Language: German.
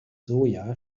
soja